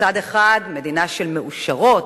מצד אחד מדינה של "מעושרות",